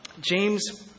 James